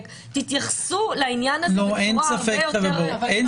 תתייחסו לעניין הזה בצורה הרבה יותר --- אין